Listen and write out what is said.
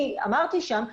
אני אמרתי שם,